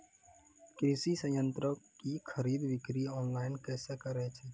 कृषि संयंत्रों की खरीद बिक्री ऑनलाइन कैसे करे?